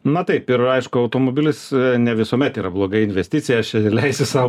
na taip ir aišku automobilis ne visuomet yra bloga investicija aš leisiu sau